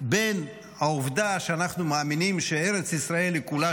בין העובדה שאנחנו מאמינים שארץ ישראל היא כולה